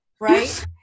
right